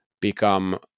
become